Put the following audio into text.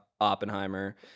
Oppenheimer